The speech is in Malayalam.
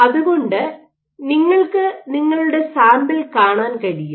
അതുകൊണ്ട് നിങ്ങൾക്ക് നിങ്ങളുടെ സാമ്പിൾ കാണാൻ കഴിയും